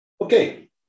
Okay